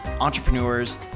entrepreneurs